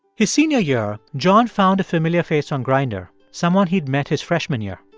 his senior year, john found a familiar face on grindr someone he'd met his freshman year.